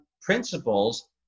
principles